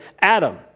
Adam